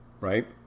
right